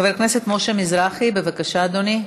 חבר הכנסת משה מזרחי, בבקשה, אדוני,